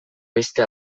beste